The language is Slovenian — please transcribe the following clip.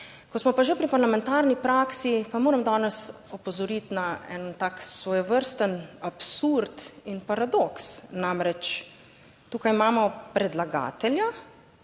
Ko smo pa že pri parlamentarni praksi, pa moram danes opozoriti na en tak svojevrsten absurd in paradoks. Namreč, tukaj imamo predlagatelja,